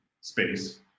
space